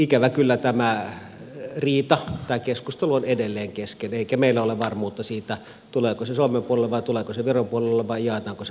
ikävä kyllä tämä riita tai keskustelu on edelleen kesken eikä meillä ole varmuutta siitä tuleeko se suomen puolelle vai tuleeko se viron puolelle vai jaetaanko se mahdollisesti